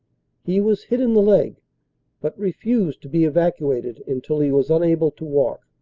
he was hit in the leg but refused to be evacuated until he was unable to walk.